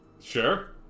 Sure